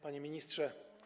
Panie Ministrze!